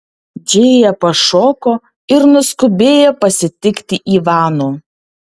džėja pašoko ir nuskubėjo pasitikti ivano